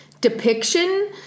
depiction